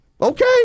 Okay